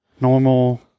Normal